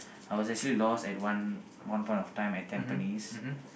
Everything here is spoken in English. I was actually lost at one point of time at Tampines